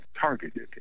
targeted